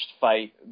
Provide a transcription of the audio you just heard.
fight